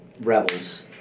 Rebels